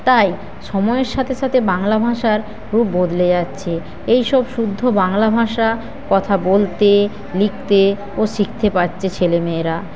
তাই সময়ের সাথে সাথে বাংলা ভাষার রূপ বদলে যাচ্ছে এইসব শুদ্ধ বাংলা ভাষা কথা বলতে লিখতে ও শিখতে পাচ্ছে ছেলেমেয়েরা